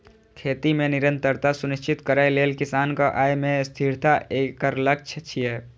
खेती मे निरंतरता सुनिश्चित करै लेल किसानक आय मे स्थिरता एकर लक्ष्य छियै